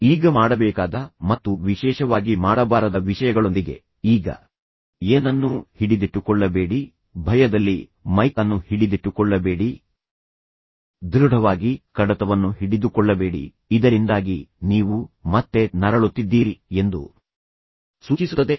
ಈಗ ಮಾಡಬೇಕಾದ ಮತ್ತು ಮಾಡಬಾರದ ವಿಷಯಗಳ ವಿಶೇಷವಾಗಿ ಮಾಡಬಾರದ ವಿಷಯಗಳೊಂದಿಗೆ ಈಗ ಏನನ್ನೂ ಹಿಡಿದಿಟ್ಟುಕೊಳ್ಳಬೇಡಿ ಭಯದಲ್ಲಿ ಮೈಕ್ ಅನ್ನು ಹಿಡಿದಿಟ್ಟುಕೊಳ್ಳಬೇಡಿ ದೃಢವಾಗಿ ಕಡತವನ್ನು ಹಿಡಿದುಕೊಳ್ಳಬೇಡಿ ಇದರಿಂದಾಗಿ ನೀವು ಮತ್ತೆ ನರಳುತ್ತಿದ್ದೀರಿ ಎಂದು ಸೂಚಿಸುತ್ತದೆ